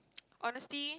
honesty